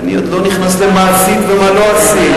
אני עוד לא נכנס למה עשית ומה לא עשית.